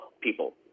people